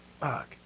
Fuck